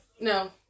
No